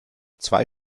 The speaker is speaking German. zwei